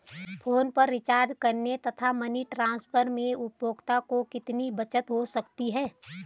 Phone पर recharge करने तथा मनी ट्रांसफर में उपभोक्ता को कितनी बचत हो सकती है?